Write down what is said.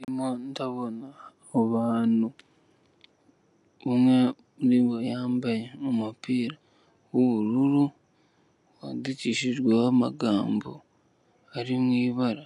Ndimo ndabona abo bantu, umwe niba yambaye umupira w'ubururu, wandikishijweho amagambo ari mu ibara